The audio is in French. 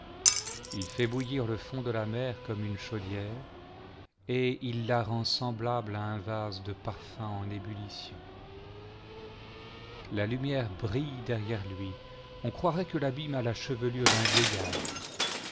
il fait bouillir le fond de la mer comme une chaudière et il la rend semblable à un vase de parfums en ébullition la lumière brille derrière lui on croirait que l'abîme a la chevelure d'un deillard